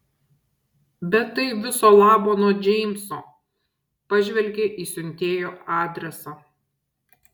bet tai viso labo nuo džeimso pažvelgė į siuntėjo adresą